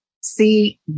See